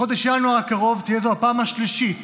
בחודש ינואר הקרוב תהיה זו הפעם השלישית